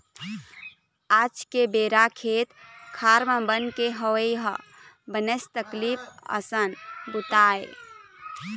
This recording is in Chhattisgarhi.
आज के बेरा खेत खार म बन के होवई ह बनेच तकलीफ असन बूता आय